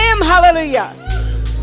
hallelujah